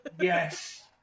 Yes